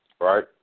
right